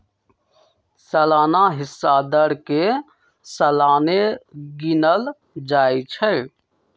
सलाना हिस्सा दर के सलाने गिनल जाइ छइ